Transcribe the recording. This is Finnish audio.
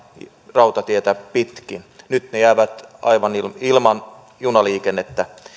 rautatietä pitkin nyt ne jäävät aivan ilman ilman junaliikennettä